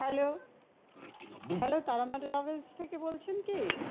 hello hello Tara Maa travels থেকে বলছেন কি